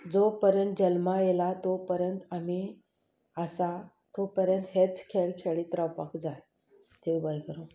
जो पर्यंत जल्मा आयला तो पर्यंत आमीं आसा तो पर्यंत हेच खेळ खेळत रावपाक जाय देव बरें करूं